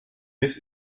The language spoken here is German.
bis